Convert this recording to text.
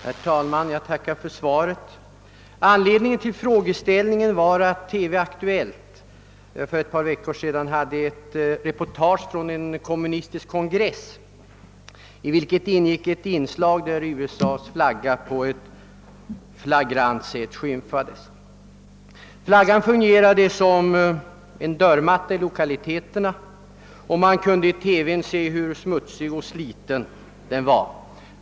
Herr talman! Jag tackar för svaret på min fråga. Anledningen till att jag framställde frågan var att TV-Aktuellt för ett par veckor sedan hade ett reportage från en kommunistisk kongress i vilket ingick ett inslag där USA:s flagga skymfades på ett flagrant sätt. Flaggan fungerade som dörrmatta i lokaliteterna, och man kunde i TV se hur smutsig och sliten den var.